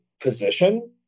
position